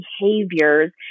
behaviors